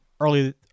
early